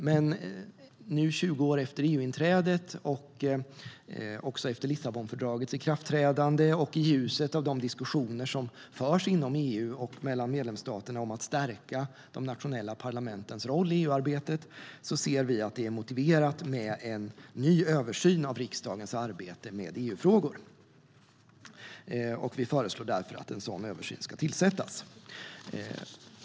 Men nu 20 år efter EU-inträdet, efter Lissabonfördragets ikraftträdande och i ljuset av de diskussioner som förs inom EU och mellan medlemsstaterna om att stärka de nationella parlamentens roll i EU-arbetet ser vi att det är motiverat med en ny översyn av riksdagens arbete med EU-frågor. Vi föreslår därför att en sådan översyn ska tillsättas.